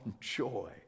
joy